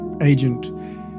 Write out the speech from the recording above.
agent